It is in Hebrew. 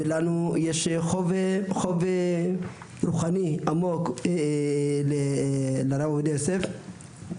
ולנו יש חוב רוחני עמוק לרב עובדיה יוסף.